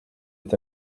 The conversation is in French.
est